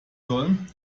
sollen